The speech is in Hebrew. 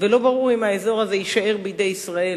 ולא ברור אם האזור הזה יישאר בידי ישראל,